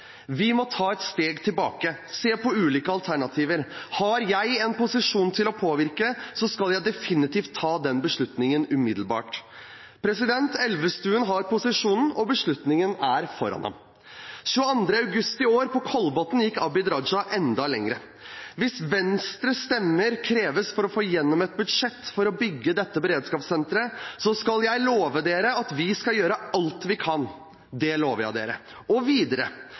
Vi må ta et steg tilbake, se på ulike alternativer. Har jeg en posisjon til å påvirke, skal jeg definitivt ta den beslutningen umiddelbart. Elvestuen har posisjonen, og beslutningen er foran ham. Den 22. august i år, på Kolbotn, gikk Abid Q. Raja enda lenger: Hvis Venstres stemmer kreves for å få igjennom et budsjett for å bygge dette beredskapssenteret, så skal jeg love dere at vi skal gjøre alt vi kan. Det lover jeg dere. Og videre: